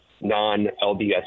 non-LDS